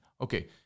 Okay